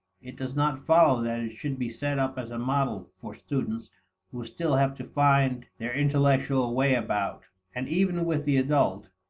it does not follow that it should be set up as a model for students who still have to find their intellectual way about. and even with the adult,